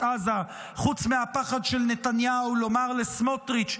עזה חוץ מהפחד של נתניהו לומר לסמוטריץ',